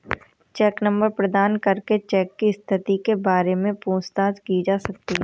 check number प्रदान करके cheque की स्थिति के बारे में पूछताछ की जा सकती है